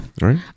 right